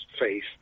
faith